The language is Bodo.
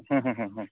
होम होम होम होम